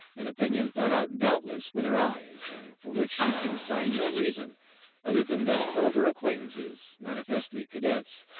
an opinion thought out doubtless with her eyes, and for which she could assign no reason other than that some of her acquaintances, manifestly cadets,